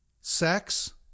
Sex